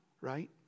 right